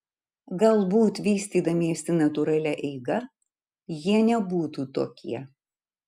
galbūt vystydamiesi natūralia eiga jie nebūtų tokie